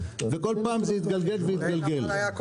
וכל פעם זה התגלגל והתגלגל,